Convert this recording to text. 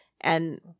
and-